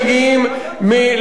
אינם בעלי מקצוע.